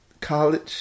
college